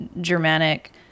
Germanic